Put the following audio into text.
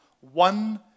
One